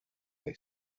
they